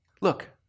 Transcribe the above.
look